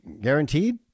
guaranteed